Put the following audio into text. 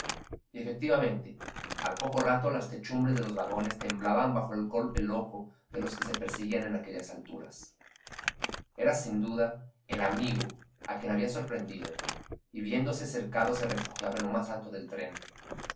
efectivamente al poco rato las techumbres de los vagones temblaban bajo el galope loco de los que se perseguían en aquellas alturas era sin duda el amigo a quien habían sorprendido y viéndose cercado se refugiaba en lo más alto del tren